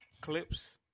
Clips